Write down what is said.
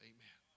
Amen